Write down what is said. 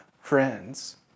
Friends